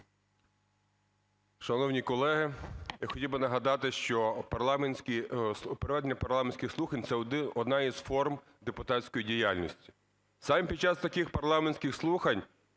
Шановні колеги, я хотів би нагадати, що проведення парламентських слухань - це одна із форм депутатської діяльності. Саме під час таких парламентських слухань